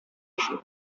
өчен